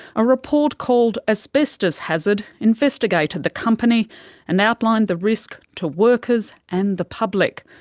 a report called asbestos hazard investigated the company and outlined the risk to workers and the public.